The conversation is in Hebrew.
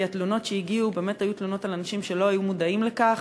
כי התלונות שהגיעו היו תלונות של אנשים שלא היו מודעים לכך,